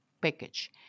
package